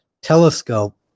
telescope